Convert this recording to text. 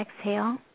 exhale